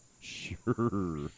Sure